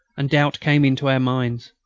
and doubt came into our minds.